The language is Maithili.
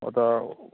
ओ तऽ